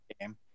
game